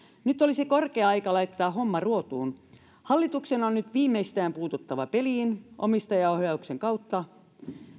nyt olisi korkea aika laittaa homma ruotuun hallituksen on nyt viimeistään puututtava peliin omistajaohjauksen kautta